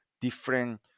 different